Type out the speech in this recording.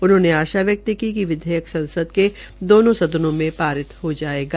उन्होंने आशा व्यकत की कि विधेयक संसद के दोनों सदनों में पारित हो जायेगा